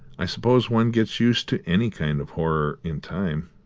i suppose one gets used to any kind of horror in time.